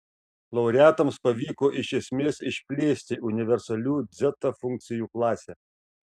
laureatams pavyko iš esmės išplėsti universalių dzeta funkcijų klasę